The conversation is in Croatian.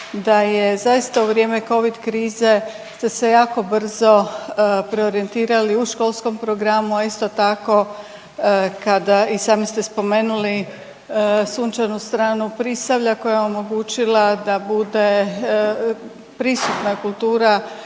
daje zaista u vrijeme Covid krize ste se jako brzo preorijentirali u školskom programu, a isto tako kada i sami ste spomenuli Sunčanu stranu Prisavlja koja je omogućila da bude prisutna kultura